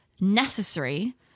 necessary